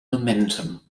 momentum